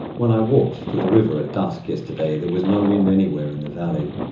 when i walked to the river at dusk yesterday there was no wind anywhere in the valley.